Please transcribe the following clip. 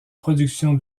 production